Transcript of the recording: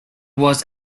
was